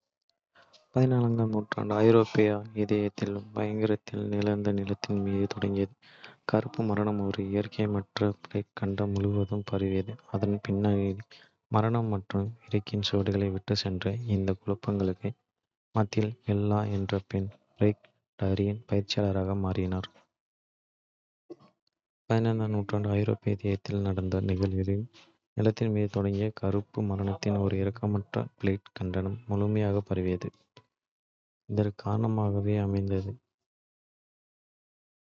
ஆம் நூற்றாண்டு ஐரோப்பாவின் இதயத்தில், பயங்கரத்தின் நிழல் நிலத்தின் மீது தொங்கியது. கறுப்பு மரணம், ஒரு இரக்கமற்ற பிளேக், கண்டம் முழுவதும் பரவியது, அதன் பின்னணியில் மரணம் மற்றும் விரக்தியின் சுவடுகளை விட்டுச் சென்றது. இந்தக் குழப்பங்களுக்கு மத்தியில், எல்லாளன் என்ற இளம்பெண் பிளேக் டாக்டரின் பயிற்சியாளராக மாறினார்.